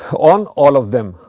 on all of them.